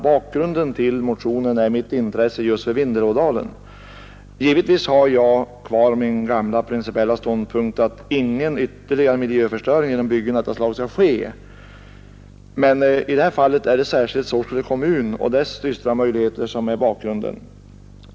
Bakgrunden till motionen är mitt intresse just för Vindelådalen. Givetvis har jag kvar min gamla principiella ståndpunkt att ingen ytterligare miljöförstöring genom byggen av detta slag skall ske. Men i det här fallet är det särskilt Sorsele kommun och dess dystra framtidsmöjligheter som är bakgrunden.